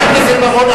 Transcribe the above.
חבר הכנסת בר-און,